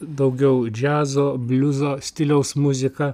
daugiau džiazo bliuzo stiliaus muziką